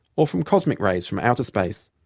or from cosmic rays from outer space.